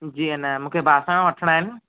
जी ए न मूंखे बासण वठिणा आहिनि